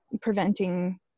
preventing